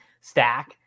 stack